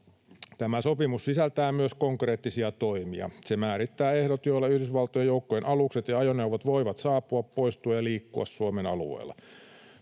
Tämä sopimus sisältää myös konkreettisia toimia. Se määrittää ehdot, joilla Yhdysvaltojen joukkojen alukset ja ajoneuvot voivat saapua, poistua ja liikkua Suomen alueella.